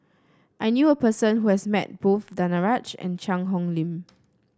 I knew a person who has met both Danaraj and Cheang Hong Lim